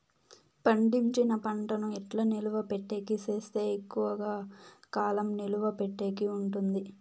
పండించిన పంట ను ఎట్లా నిలువ పెట్టేకి సేస్తే ఎక్కువగా కాలం నిలువ పెట్టేకి ఉంటుంది?